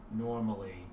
normally